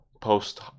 post